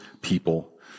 people